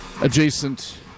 adjacent